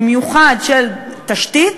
במיוחד של תשתית,